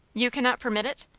you cannot permit it?